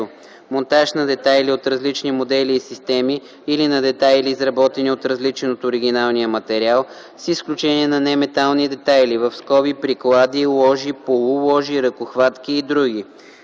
монтаж на детайли от различни модели и системи или на детайли, изработени от различен от оригиналния материал, с изключение на неметални детайли (приклади, ложи, полуложи, ръкохватки и др.);